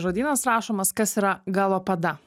žodynas rašomas kas yra galopada